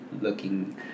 looking